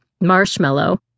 Marshmallow